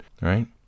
Right